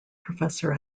professor